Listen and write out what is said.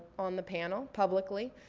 on the panel publicly,